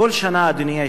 כל שנה, אדוני היושב-ראש,